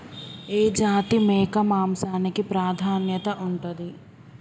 ఏ జాతి మేక మాంసానికి ప్రాధాన్యత ఉంటది?